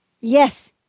Yes